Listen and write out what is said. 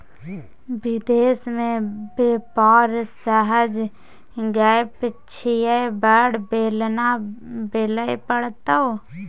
विदेश मे बेपार सहज गप छियै बड़ बेलना बेलय पड़तौ